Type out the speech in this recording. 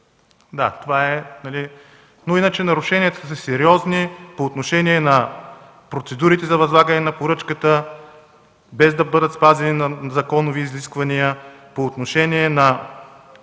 Да, това е... Иначе нарушенията са сериозни по отношение на процедурите за възлагане на поръчката – без да бъдат спазени законови изисквания; по отношение на